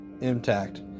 intact